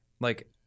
Like-